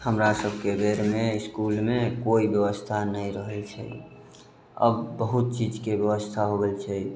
हमरा सबके बेरमे इसकुलमे कोइ व्यवस्था नहि रहै छै अब बहुत चीजके व्यवस्था हो गेल छै